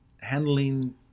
handling